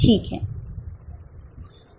ठीक है